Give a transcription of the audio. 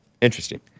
interesting